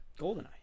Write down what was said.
Goldeneye